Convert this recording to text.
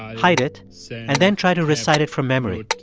hide it, so and then try to recite it from memory.